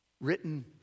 written